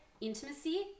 Intimacy